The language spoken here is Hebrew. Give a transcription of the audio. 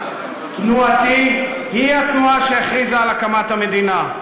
תנועתי היא התנועה שהכריזה על הקמת המדינה,